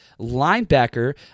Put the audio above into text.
linebacker